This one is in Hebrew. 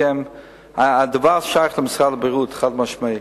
בהסכם הדבר שייך למשרד הבריאות באופן חד-משמעי,